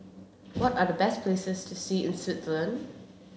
what are the best places to see in Switzerland